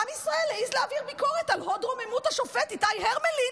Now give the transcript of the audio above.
עם ישראל העז להעביר ביקורת על הוד רוממות השופט איתי הרמלין,